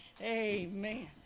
Amen